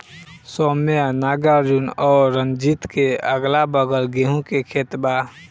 सौम्या नागार्जुन और रंजीत के अगलाबगल गेंहू के खेत बा